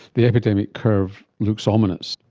the epidemic curve looks ominous.